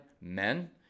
Men